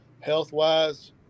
health-wise